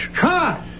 Cut